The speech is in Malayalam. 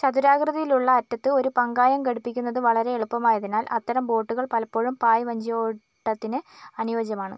ചതുരാകൃതിയിലുള്ള അറ്റത്ത് ഒരു പങ്കായം ഘടിപ്പിക്കുന്നത് വളരെ എളുപ്പമായതിനാൽ അത്തരം ബോട്ടുകൾ പലപ്പോഴും പായ് വഞ്ചിയോട്ടത്തിന് അനുയോജ്യമാണ്